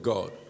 God